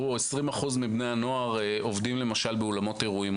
20% מבני הנוער עובדים באולמות אירועים, למשל.